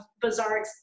bizarre